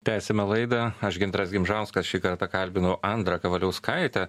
tęsiame laidą aš gintaras gimžauskas šį kartą kalbinu andrą kavaliauskaitę